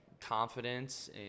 confidence